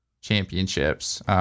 championships